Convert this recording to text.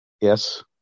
Yes